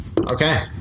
Okay